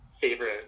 favorite